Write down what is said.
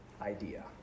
idea